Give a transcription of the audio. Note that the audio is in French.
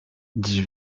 dit